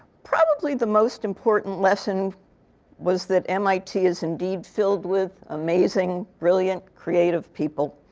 probably the most important lesson was that mit is indeed filled with amazing, brilliant, creative people.